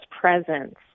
presence